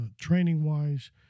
training-wise